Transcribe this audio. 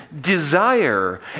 desire